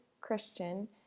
Christian